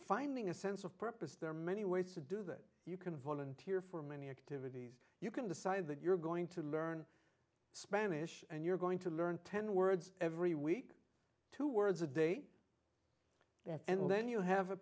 finding a sense of purpose there are many ways to do that you can volunteer for many activities you can decide that you're going to learn spanish and you're going to learn ten words every week two words a day and then you have a